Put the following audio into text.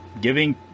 giving